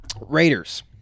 Raiders